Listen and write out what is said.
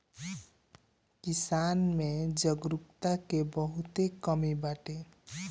किसान में जागरूकता के बहुते कमी बाटे